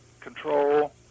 control